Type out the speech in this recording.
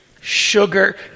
Sugar